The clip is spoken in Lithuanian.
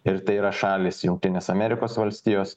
ir tai yra šalys jungtinės amerikos valstijos